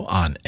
on